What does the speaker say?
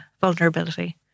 vulnerability